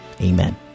amen